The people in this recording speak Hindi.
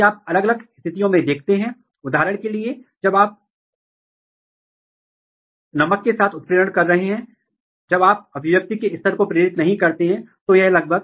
यदि आप इन पंक्तियों को लेते हैं और मौक नकली स्थिति में हैं यदि आप डेक्सामेथासोन के साथ ट्रीट नहीं करते हैं तो क्या होगा